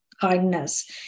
Kindness